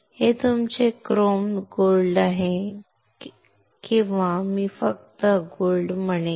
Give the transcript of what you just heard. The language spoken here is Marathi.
हे तुमचे क्रोम सोने आहे किंवा मी फक्त सोने म्हणेन